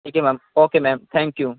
ٹھیک ہے ma'am okay ma'am thank you